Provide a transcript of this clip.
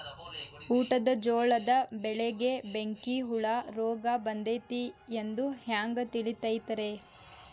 ಊಟದ ಜೋಳದ ಬೆಳೆಗೆ ಬೆಂಕಿ ಹುಳ ರೋಗ ಬಂದೈತಿ ಎಂದು ಹ್ಯಾಂಗ ತಿಳಿತೈತರೇ?